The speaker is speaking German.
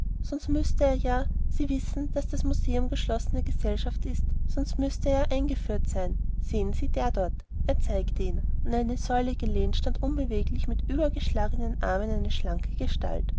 sonst müßte er ja sie wissen daß das museum geschlossene gesellschaft ist sonst müßte er ja eingeführt sein sehen sie der dort er zeigte hin an eine säule gelehnt stand unbeweglich mit übergeschlagenen armen eine schlanke gestalt